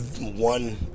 one